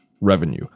revenue